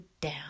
down